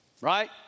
right